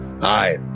Hi